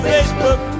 Facebook